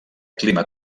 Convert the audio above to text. clima